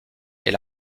est